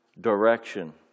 direction